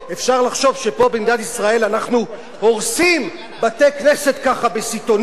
אפשר לחשוב שפה במדינת ישראל אנחנו הורסים בתי-כנסת ככה בסיטונות.